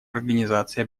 организации